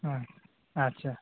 ᱦᱩᱸ ᱟᱪᱪᱷᱟ